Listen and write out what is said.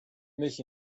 mich